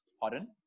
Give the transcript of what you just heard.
pardon